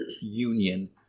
union